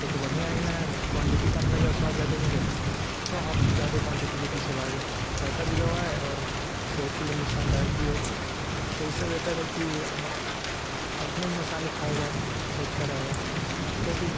तब तो बढ़िया ही न है कि क्वान्टिटी कम लगे और स्वाद ज्यादे मिले क्यों हम जादे क्वान्टिटी के पीछे भागें पैसा भी गंवाएँ और सेहत के लिए नुकसानदायक भी हो तो इससे बेटर है कि अपने ही मसाले खाया जाए तो अच्छा रहेगा क्योंकि